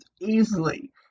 easily